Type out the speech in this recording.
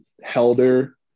helder